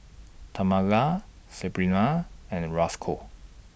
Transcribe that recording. Tamala Sebrina and Rosco